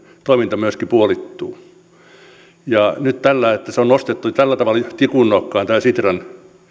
toiminta myöskin puolittuu ja nyt tällä että on nostettu tällä tavalla tikun nokkaan sitran